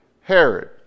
Herod